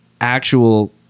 actual